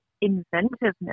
inventiveness